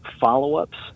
follow-ups